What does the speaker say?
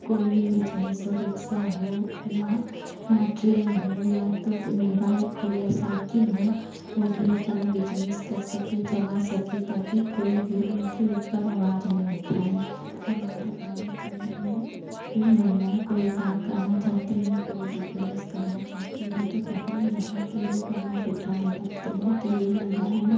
कोई भी बिजनेस हो रिक्सा हो या हाँ ट्रेन हो या तो बाइक हो या साइकिल हो वे भी अपना बिजनेस कर सकें चला सकें ताकि कोई भी उनके ऊपर आवाज़ ना उठाए हमारे भारत में में में महिलाएँ कोई काम करना चाहती हैं कोई बिजनेस करना चाहती हैं तो पहले यहाँ के लोग आवाज़ उठाने लगते हैं कि ये महिलाएँ हैं